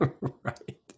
Right